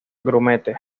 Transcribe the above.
grumete